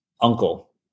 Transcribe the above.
uncle